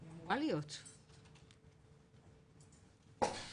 אני שמחה להיות בדיון שמעלה נושא כל כך